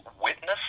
witness